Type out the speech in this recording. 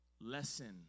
lesson